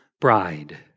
bride